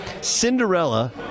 Cinderella